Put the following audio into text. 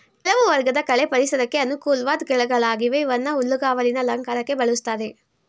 ಕೆಲವು ವರ್ಗದ ಕಳೆ ಪರಿಸರಕ್ಕೆ ಅನುಕೂಲ್ವಾಧ್ ಕಳೆಗಳಾಗಿವೆ ಇವನ್ನ ಹುಲ್ಲುಗಾವಲಿನ ಅಲಂಕಾರಕ್ಕೆ ಬಳುಸ್ತಾರೆ